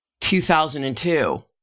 2002